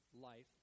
life